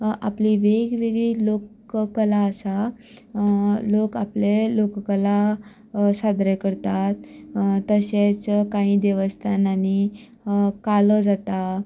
आपली वेगवेगळी लोक कला आसा लोक आपले लोक कला सादरे करतात तशेंच काही देवस्थानांनी कालो जाता